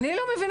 אין זמן.